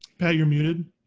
pat you're muted.